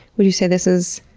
would you say this is,